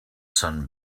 sun